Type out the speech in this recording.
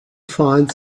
find